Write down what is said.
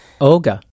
Olga